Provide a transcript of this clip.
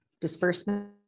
disbursement